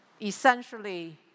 Essentially